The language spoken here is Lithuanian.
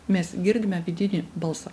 mes girdime vidinį balsą